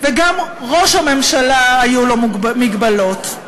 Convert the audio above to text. וגם על ראש הממשלה היו מגבלות,